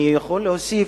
אני יכול להוסיף,